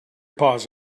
paws